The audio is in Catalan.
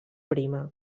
prima